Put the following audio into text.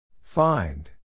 Find